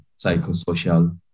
psychosocial